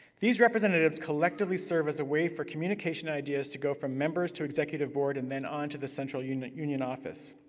these representatives collectively serve as a way for communication and ideas to go from members to executive board, and then on to the central union union office.